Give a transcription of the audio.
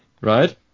Right